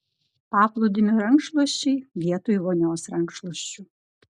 paplūdimio rankšluosčiai vietoj vonios rankšluosčių